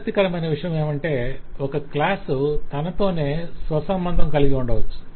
ఆసక్తికరమైన విషయమేమంటే ఒక క్లాస్ తనతోనే స్వసంబంధం కలిగి ఉండవచ్చు